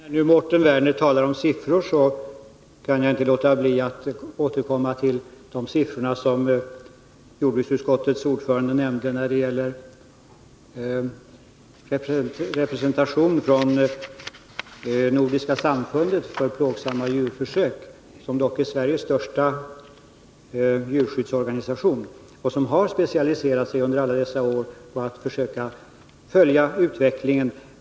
Fru talman! Då nu som Mårten Werner talar om siffror kan jag inte låta bli att återkomma till de siffror som jordbruksutskottets ordförande nämnde när det gäller representation från Nordiska samfundet mot plågsamma djurförsök. Detta är dock Sveriges största djurskyddsorganisation och har under alla dessa år specialiserat sig på att försöka följa utvecklingen.